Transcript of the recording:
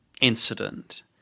incident –